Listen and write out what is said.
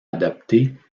adoptée